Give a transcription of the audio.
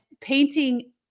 painting